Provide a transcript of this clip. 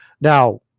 Now